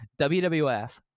WWF